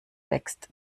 wächst